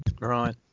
Right